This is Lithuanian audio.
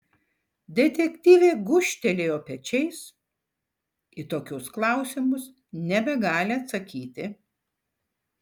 detektyvė gūžtelėjo pečiais į tokius klausimus nebegali atsakyti